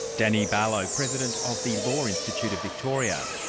danny barlow, president of the law institute of victoria.